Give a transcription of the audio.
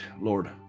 Lord